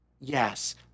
Yes